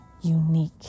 unique